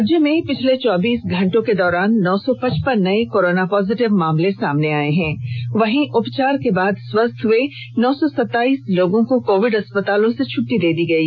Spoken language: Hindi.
राज्य में पिछले चौबीस घंटे के दौरान नौ सौ पचपन नए कोरोना पॉजिटिव मामले सामने आए हैं वहीं उपचार के बाद स्वस्थ हुए नौ सौ सताइस लोगों को कोविड अस्पतालों से छट्टी दी गई